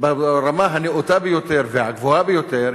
ברמה הנאותה ביותר והגבוהה ביותר,